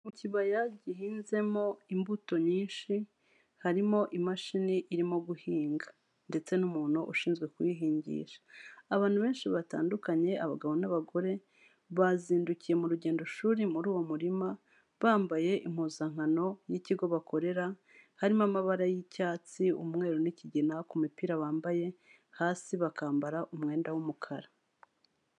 Mu kibaya gihinzemo imbuto nyinshi, harimo imashini irimo guhinga ndetse n'umuntu ushinzwe kuyihingisha. Abantu benshi batandukanye, abagabo n'abagore, bazindukiye mu rugendo shuri muri uwo murima, bambaye impuzankano y'ikigo bakorera, harimo amabara y'icyatsi, umweru n'ikigina ku mupira bambaye, hasi bakambara umwenda w'umukara.